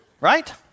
Right